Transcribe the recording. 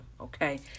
Okay